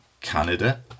Canada